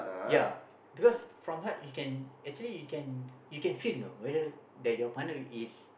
ya because from heart you can actually you can you can feel know whether that your partner is